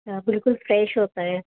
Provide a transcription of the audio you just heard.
اچھا بالکل فریش ہوتا ہے